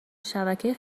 شبکه